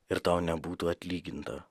ir tau nebūtų atlyginta